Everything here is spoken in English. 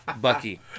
Bucky